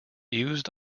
used